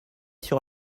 sur